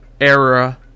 era